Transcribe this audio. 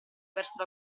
verso